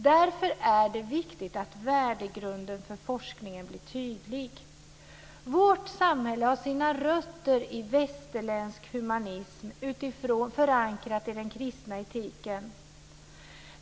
Därför är det viktigt att värdegrunden för forskningen blir tydlig. Vårt samhälle har sina rötter i västerländsk humanism förankrad i den kristna etiken.